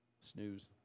snooze